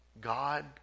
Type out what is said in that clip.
God